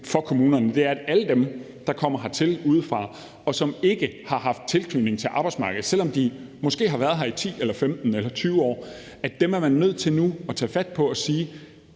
for kommunerne, er, at alle dem, der kommer hertil udefra, og som ikke har haft tilknytning til arbejdsmarkedet, selv om de måske har været her i 10, 15 eller 20 år, er man nu nødt til at tage fat på, og man